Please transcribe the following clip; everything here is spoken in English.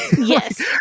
Yes